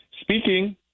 Speaking